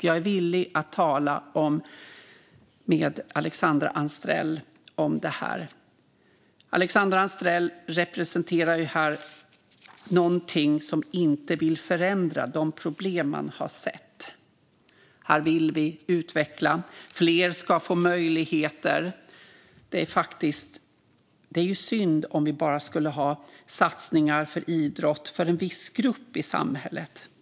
Jag är villig att tala med Alexandra Anstrell om det här. Alexandra Anstrell representerar här någonting som inte vill förändra de problem man har sett. Här vill vi utveckla detta så att fler får möjligheter. Det är synd om vi bara har satsningar på idrott för en viss grupp i samhället.